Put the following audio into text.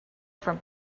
from